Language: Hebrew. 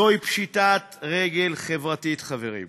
זוהי פשיטת רגל חברתית, חברים.